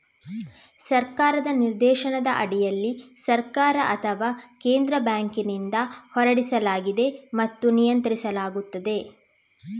ಸರ್ಕಾರದ ನಿರ್ದೇಶನದ ಅಡಿಯಲ್ಲಿ ಸರ್ಕಾರ ಅಥವಾ ಕೇಂದ್ರ ಬ್ಯಾಂಕಿನಿಂದ ಹೊರಡಿಸಲಾಗಿದೆ ಮತ್ತು ನಿಯಂತ್ರಿಸಲಾಗುತ್ತದೆ